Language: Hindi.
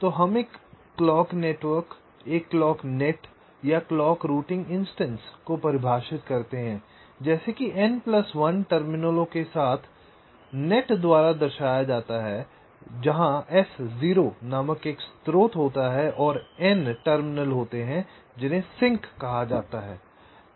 तो हम एक क्लॉक नेटवर्क एक क्लॉक नेट या क्लॉक रूटिंग इंस्टेंस को परिभाषित करते हैं जैसे कि n1 टर्मिनलों के साथ नेट द्वारा दर्शाया जाता है जहां S0 नामक एक स्रोत होता है और n टर्मिनल होते हैं जिन्हें सिंक कहा जाता है